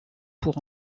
pour